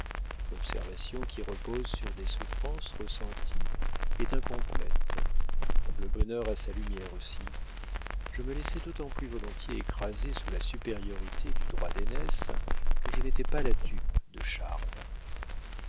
l'observation qui repose sur des souffrances ressenties est incomplète le bonheur a sa lumière aussi je me laissai d'autant plus volontiers écraser sous la supériorité du droit d'aînesse que je n'étais pas la dupe de charles